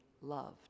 loved